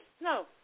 No